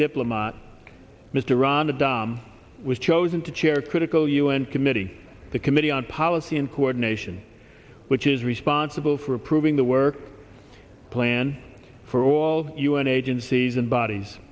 diplomat mr ronda dom was chosen to chair a critical un committee the committee on policy and coordination which is responsible for approving the work plan for all u n agencies and bodies